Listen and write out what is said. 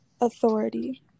authority